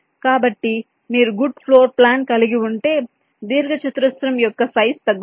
కాబట్టి మీరు good floor plan కలిగి ఉంటే దీర్ఘచతురస్రం యొక్క సైజ్ తగ్గుతుంది